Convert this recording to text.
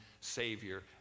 Savior